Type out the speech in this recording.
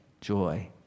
joy